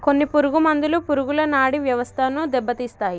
కొన్ని పురుగు మందులు పురుగుల నాడీ వ్యవస్థను దెబ్బతీస్తాయి